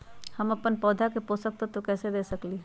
हम अपन पौधा के पोषक तत्व कैसे दे सकली ह?